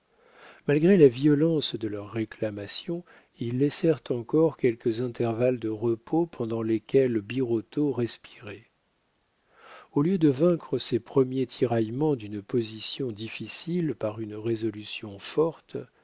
malgré la violence de leurs réclamations ils laissèrent encore quelques intervalles de repos pendant lesquels birotteau respirait au lieu de vaincre ces premiers tiraillements d'une position difficile par une résolution forte